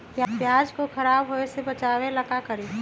प्याज को खराब होय से बचाव ला का करी?